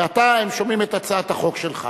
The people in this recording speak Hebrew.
ועתה הם שומעים את הצעת החוק שלך.